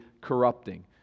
corrupting